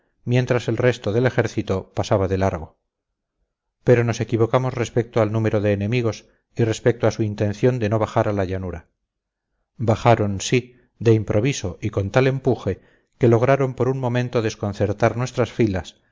mientras el resto del ejército pasaba de largo pero nos equivocamos respecto al número de enemigos y respecto a su intención de no bajar a la llanura bajaron sí de improviso y con tal empuje que lograron por un momento desconcertar nuestras filas